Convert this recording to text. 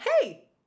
Hey